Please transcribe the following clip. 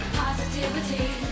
positivity